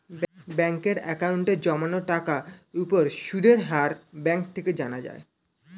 ব্যাঙ্কের অ্যাকাউন্টে জমানো টাকার উপর সুদের হার ব্যাঙ্ক থেকে জানা যায়